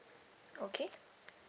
okay